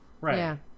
right